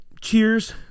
Cheers